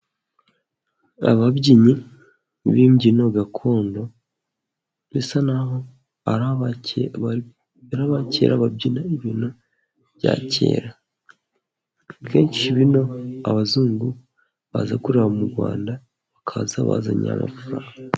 Ababyinnyi b'imbyino gakondo, bisa n'aho ari abake ari abakera babyina ibintu bya kera, kenshi bino abazungu baza kureba mu Rwanda, bakaza bazanye amafaranga.